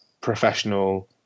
professional